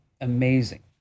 amazing